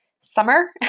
summer